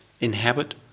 inhabit